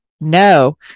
No